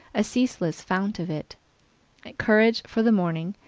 a ceaseless fount of it courage for the morning,